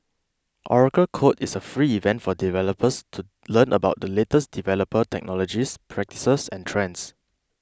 Oracle Code is a free event for developers to learn about the latest developer technologies practices and trends